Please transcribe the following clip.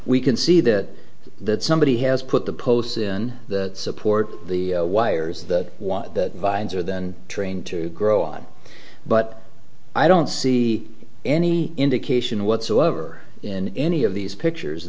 we can see that that somebody has put the posts in that support the wires that vines are then trained to grow on but i don't see any indication whatsoever in any of these pictures